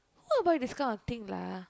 who will buy this kind of thing lah